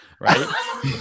right